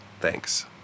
thanks